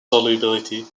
solubility